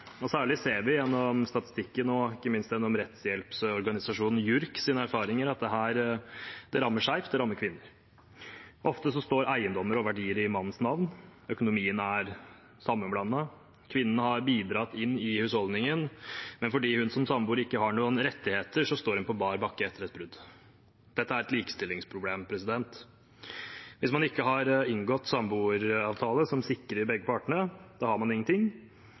også. Særlig gjennom statistikken og ikke minst gjennom rettshjelpsorganisasjonen JURKs erfaringer ser vi at det rammer skjevt; det rammer kvinner. Ofte står eiendommer og verdier i mannens navn – økonomien er sammenblandet. Kvinnen har bidratt inn i husholdningen, men fordi hun som samboer ikke har noen rettigheter, står hun på bar bakke etter et brudd. Dette er et likestillingsproblem. Hvis man ikke har inngått en samboeravtale som sikrer begge partene, har man